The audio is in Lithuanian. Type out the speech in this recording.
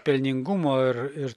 pelningumo ir ir